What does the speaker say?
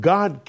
God